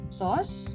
sauce